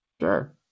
Sure